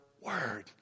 word